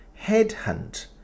headhunt